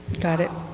got it.